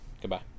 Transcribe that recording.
Goodbye